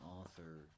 author